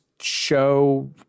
show